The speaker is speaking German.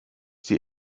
sie